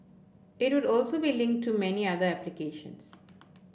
it would also be link to many other applications